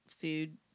food